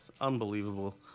Unbelievable